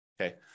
Okay